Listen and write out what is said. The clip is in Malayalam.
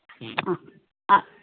ആ ആ